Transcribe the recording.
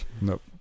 nope